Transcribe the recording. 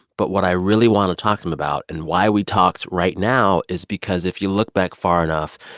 but what i really want to talk him about and why we talked right now is because if you look back far enough,